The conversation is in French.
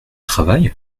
travaille